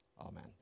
Amen